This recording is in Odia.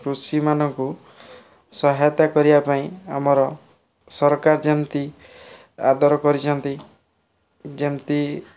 କୃଷିମାନଙ୍କୁ ସହାୟତା କରିବା ପାଇଁ ଆମର ସରକାର ଯେମିତି ଆଦର କରିଛନ୍ତି ଯେମିତି